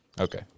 Okay